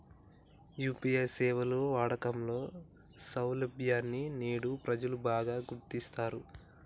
UPI సేవల వాడకంలో సౌలభ్యాన్ని నేడు ప్రజలు బాగా గుర్తించారు